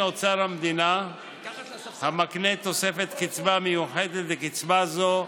אוצר המדינה המקנה תוספת קצבה מיוחדת לקבוצה זו,